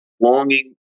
longing